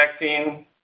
vaccine